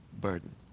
burden